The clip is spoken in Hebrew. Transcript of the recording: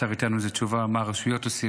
אולי השר ייתן לזה תשובה: מה הרשויות עושות,